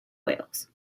wales